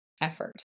Effort